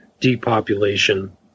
depopulation